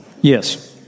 Yes